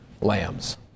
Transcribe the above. lambs